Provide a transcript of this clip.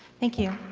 thank you.